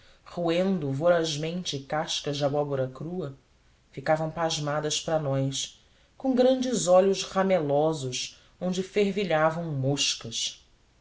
roendo vorazmente cascas de abóbora crua ficavam pasmadas para nós com grandes olhos ramelosos onde fervilhavam moscas